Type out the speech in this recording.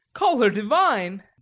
call her divine.